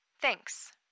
Thanks